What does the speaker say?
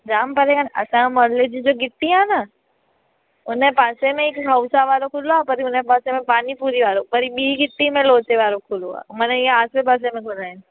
जाम परिया आहे न असांजो महोल्ले जी जो गिटी आहे न उनजे पासे में ई हिकु खाउसा वारो खुलियो आहे वरी उनये पासे में पानीपूरी वारो वरी बि गिटी में लोचे वारो खुलियो आहे मनां ईअं आसेपासे में खुलिया आहिनि